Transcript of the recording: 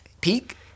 peak